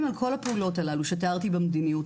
על כל הפעולות הללו שתיארתי במדיניות,